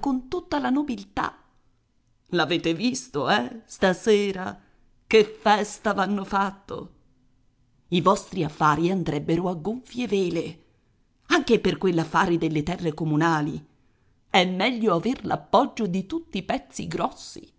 con tutta la nobiltà l'avete visto eh stasera che festa v'hanno fatto i vostri affari andrebbero a gonfie vele anche per quell'affare delle terre comunali è meglio aver l'appoggio di tutti i pezzi grossi